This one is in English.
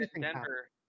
Denver